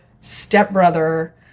stepbrother